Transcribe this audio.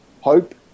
hope